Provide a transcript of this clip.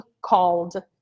called